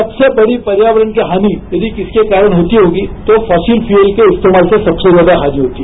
सबसे बड़ी पर्यावरण की हानियदि किसी के कारण होती होगी तो फासिल फ्यूल के इस्तेमाल से सबसेज्यादा हानि होती है